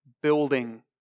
building